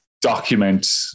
document